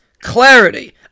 Clarity